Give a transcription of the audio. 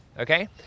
Okay